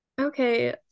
okay